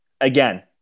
Again